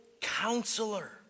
counselor